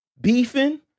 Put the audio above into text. beefing